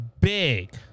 big